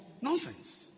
nonsense